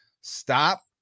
Stop